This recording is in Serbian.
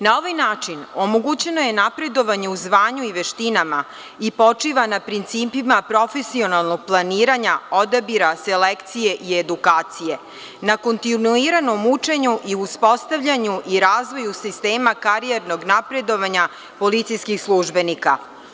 Na ovaj način omogućeno je napredovanje u zvanju i veštinama i počiva na principima profesionalnog planiranja, odabira, selekcije i edukacije na kontinuiranom učenju i uspostavljanju i razvoju sistema karijernog napredovanja policijskih službenika.